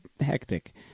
hectic